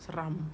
seram